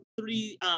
three